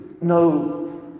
no